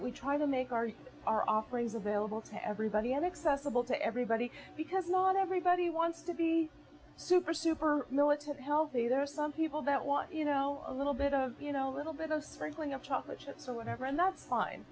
we try to make our our offerings available to everybody and accessible to everybody because not everybody wants to be super super know what's healthy there are some people that want you know a little bit of you know a little bit of sprinkling of chocolate chips or whatever and that's fine